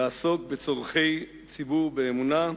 לעסוק בצורכי ציבור באמונה,